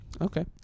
Okay